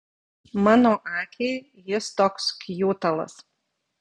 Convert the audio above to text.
mano akiai jis toks kjutalas